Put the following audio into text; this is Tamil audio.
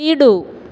வீடு